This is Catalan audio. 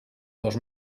dos